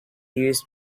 used